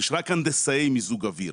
יש רק הנדסאי מיזוג אוויר.